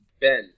Ben